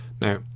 Now